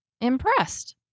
impressed